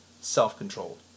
self-controlled